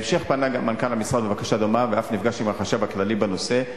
בהמשך פנה גם מנכ"ל המשרד בבקשה דומה ואף נפגש עם החשב הכללי בנושא,